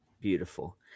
Beautiful